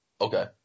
Okay